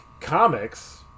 comics